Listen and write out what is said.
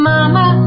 Mama